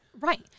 Right